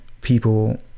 people